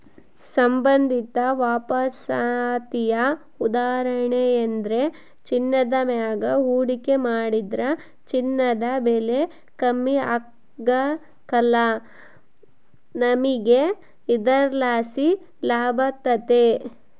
ಸಂಬಂಧಿತ ವಾಪಸಾತಿಯ ಉದಾಹರಣೆಯೆಂದ್ರ ಚಿನ್ನದ ಮ್ಯಾಗ ಹೂಡಿಕೆ ಮಾಡಿದ್ರ ಚಿನ್ನದ ಬೆಲೆ ಕಮ್ಮಿ ಆಗ್ಕಲ್ಲ, ನಮಿಗೆ ಇದರ್ಲಾಸಿ ಲಾಭತತೆ